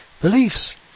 beliefs